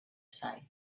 side